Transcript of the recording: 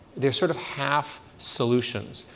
they're sort of half solutions.